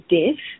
death